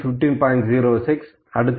08 15